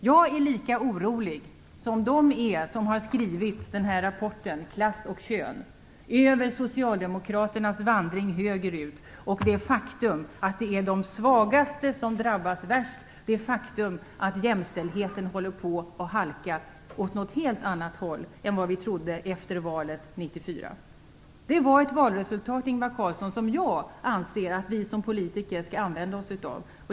Jag är lika orolig som de som har skrivit rapporten Klass och kön över Socialdemokraternas vandring högerut och det faktum att det är de svagaste som drabbas värst och att jämställdheten håller på att glida åt ett helt annat håll än vi trodde efter valet 1994. Det valresultatet, Ingvar Carlsson, anser jag att vi som politiker skall använda oss av.